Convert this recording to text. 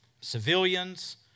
civilians